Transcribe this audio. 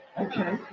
okay